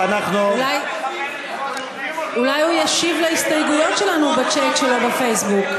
אולי הוא ישיב להסתייגויות שלנו בצ'אט שלו בפייסבוק.